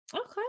okay